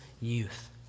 youth